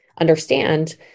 understand